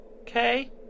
okay